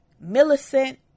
Millicent